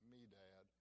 Medad